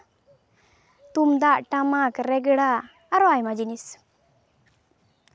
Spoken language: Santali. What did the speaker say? ᱛᱩᱢᱫᱟᱜ ᱴᱟᱢᱟᱠ ᱨᱮᱜᱽᱲᱟ ᱟᱨᱚ ᱟᱭᱢᱟ ᱡᱤᱱᱤᱥ